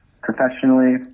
Professionally